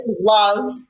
love